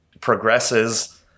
progresses